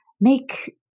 make